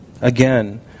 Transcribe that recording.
again